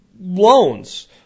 loans